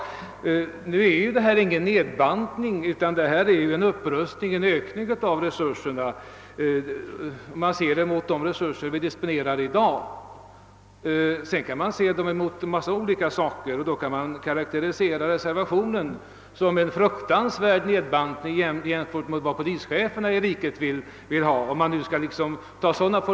Förslaget innebär emellertid ingen nedbantning utan tvärtom en upprustning av resurserna om man ser det mot bakgrund av de resurser vi disponerar i dag. Man kan naturligtvis använda en massa andra saker som jämförelsematerial, men i så fall kan man t.ex. karakterisera reservationen som en fruktansvärd nedbantning av polischefernas önskemål.